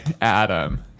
Adam